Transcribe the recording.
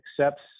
accepts